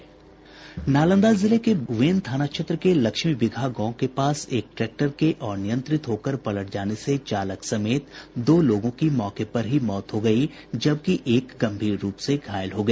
नालंदा जिले के वेन थाना क्षेत्र के लक्ष्मी बिगहा गांव के पास एक ट्रैक्टर के अनियंत्रित होकर पलट जाने से चालक समेत दो लोगों की मौके पर ही मौत हो गयी जबकि एक गंभीर रूप से घायल हो गया